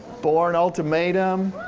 bourne ultimatum.